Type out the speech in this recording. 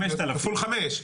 כפול חמש,